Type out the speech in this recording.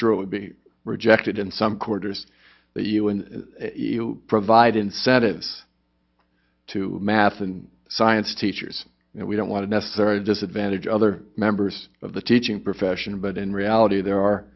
sure it would be rejected in some quarters that you and you provide incentives to math and science teachers you know we don't want to necessarily disadvantage other members of the teaching profession but in reality